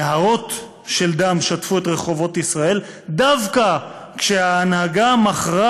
נהרות של דם שטפו את רחובות ישראל דווקא כשההנהגה מכרה